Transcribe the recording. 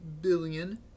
billion